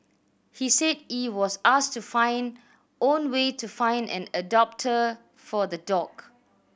he said he was asked to find own way to find an adopter for the dog